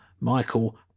Michael